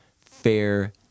fair